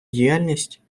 діяльність